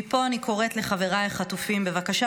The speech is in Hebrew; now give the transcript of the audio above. מפה אני קוראת לחבריי החטופים: בבקשה,